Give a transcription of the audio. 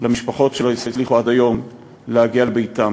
במשפחות שלא הצליחו עד היום להגיע לביתן